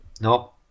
No